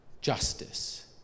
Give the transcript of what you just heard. justice